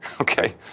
Okay